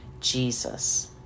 Jesus